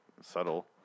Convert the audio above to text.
subtle